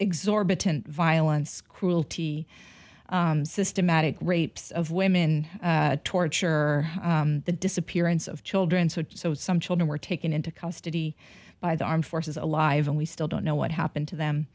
exorbitant violence cruelty systematic rapes of women torture the disappearance of children so some children were taken into custody by the armed forces alive and we still don't know what happened to them